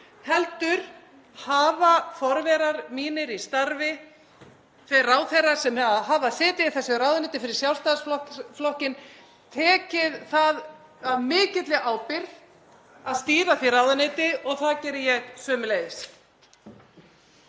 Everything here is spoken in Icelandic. heldur hafa forverar mínir í starfi, þeir ráðherrar sem hafa setið í þessu ráðuneyti fyrir Sjálfstæðisflokkinn, tekið það af mikilli ábyrgð að stýra því ráðuneyti og það geri ég sömuleiðis.